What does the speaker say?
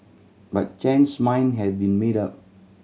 but Chen's mind had been made up